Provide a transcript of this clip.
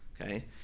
Okay